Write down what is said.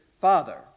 Father